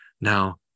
Now